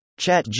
ChatGPT